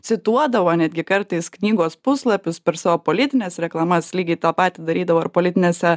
cituodavo netgi kartais knygos puslapius per savo politines reklamas lygiai tą patį darydavo ir politinėse